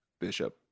bishop